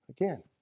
again